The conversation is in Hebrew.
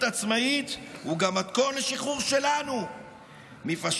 עצמאית הם גם מתכון לשחרור שלנו מפשיזם,